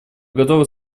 готовы